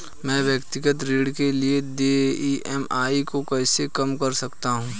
मैं व्यक्तिगत ऋण के लिए देय ई.एम.आई को कैसे कम कर सकता हूँ?